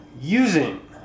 using